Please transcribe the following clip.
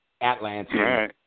Atlanta